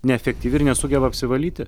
neefektyvi ir nesugeba apsivalyti